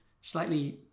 slightly